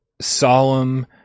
solemn